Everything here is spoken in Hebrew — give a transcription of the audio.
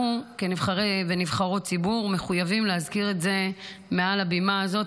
אנחנו כנבחרי ונבחרות ציבור מחויבים להזכיר את זה מעל הבמה הזאת,